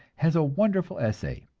has a wonderful essay,